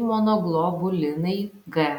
imunoglobulinai g